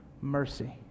mercy